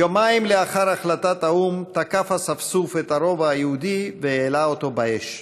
יומיים לאחר החלטת האו"ם תקף אספסוף את הרובע היהודי והעלה אותו באש.